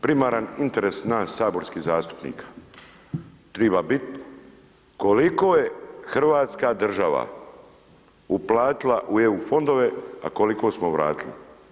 Primaran interes nas saborskih zastupnika treba biti koliko je hrvatska država uplatila u EU fondove, a koliko smo vratili.